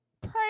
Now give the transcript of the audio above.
pray